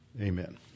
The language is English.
Amen